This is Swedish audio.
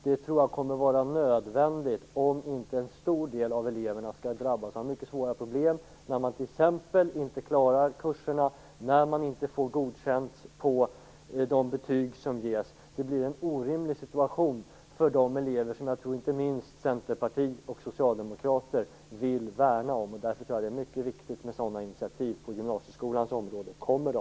Det tror jag kommer att vara nödvändigt, om inte en stor del av eleverna skall drabbas av mycket svåra problem när de t.ex. inte klarar kurserna, när de inte får godkänt i de betyg som ges. Det blir en orimlig situation för de elever som jag tror att inte minst Centerpartiet och Socialdemokraterna vill värna om, och jag tror därför att det är mycket viktigt med sådana initiativ på gymnasieskolans område. Kommer de?